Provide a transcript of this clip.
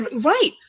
Right